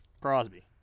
Crosby